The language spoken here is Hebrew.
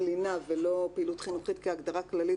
לינה ולא פעילות חינוכית כהגדרה כללית,